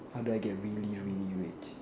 how do I get really really rich